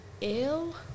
ill